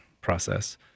process